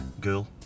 girl